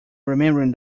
remembering